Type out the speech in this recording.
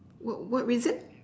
what what reason